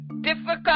difficult